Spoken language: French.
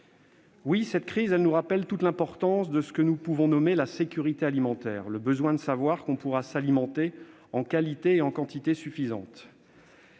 Oui, cette crise nous rappelle toute l'importance de ce que nous pouvons nommer la « sécurité alimentaire », le besoin de savoir que l'on pourra s'alimenter en quantité mais aussi en qualité suffisantes